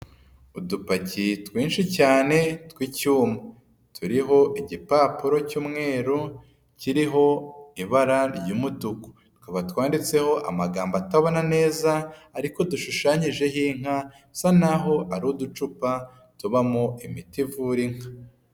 Udupaki twinshi cyane tw'icyuma. Turiho igipapuro cy'umweru kiriho ibara ry'umutuku. Tukaba twanditseho amagambo atabona neza, ariko dushushanyijeho inka bisa naho ari uducupa tubamo imiti ivura inka.